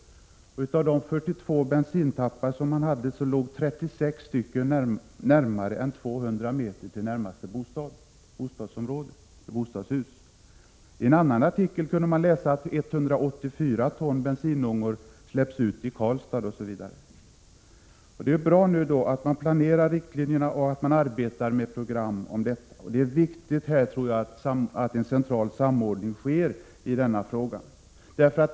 Av de 42 bensintapparna som finns ligger 36 närmare än 200 meter från närmaste bostadshus. I en annan artikel kunde man läsa att 184 ton bensinångor släpps ut i Karlstad. Det är bra att naturvårdsverket arbetar med ett program för att minska kolväteutsläppen, och det är viktigt att en central samordning sker i denna fråga.